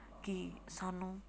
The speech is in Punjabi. ਕਿ ਸਾਨੂੰ